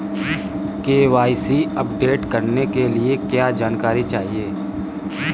KYC update करने के लिए क्या जानकारी चाहिए?